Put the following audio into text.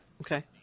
Okay